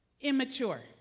immature